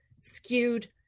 skewed